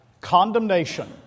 condemnation